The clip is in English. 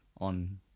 on